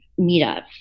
meetup